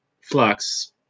Flux